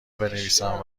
بنویسم